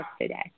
today